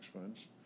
funds